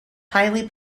highly